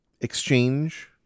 exchange